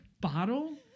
bottle